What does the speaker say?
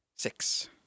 Six